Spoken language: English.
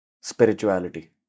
Spirituality